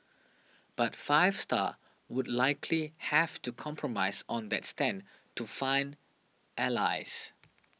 but Five Star would likely have to compromise on that stand to find allies